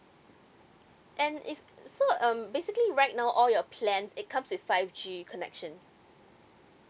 and if so um basically right now all your plans it comes with five G connection